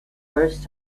first